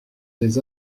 des